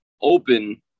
open